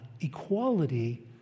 equality